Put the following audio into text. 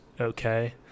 okay